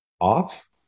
off